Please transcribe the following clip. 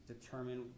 determine